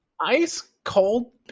ice-cold